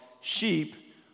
sheep